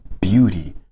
beauty